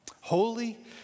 Holy